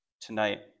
tonight